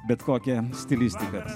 bet kokią stilistiką